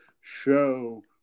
show